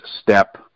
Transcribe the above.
step